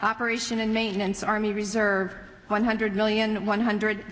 operation and maintenance army reserve one hundred million one hundred